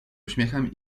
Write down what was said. uśmiechem